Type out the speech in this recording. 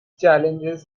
challenges